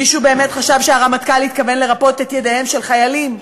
מישהו באמת חשב שהרמטכ"ל התכוון לרפות את ידיהם של חיילים?